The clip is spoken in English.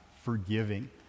forgiving